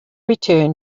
return